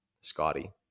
Scotty